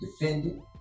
defended